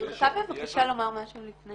רוצה בבקשה לומר משהו לפני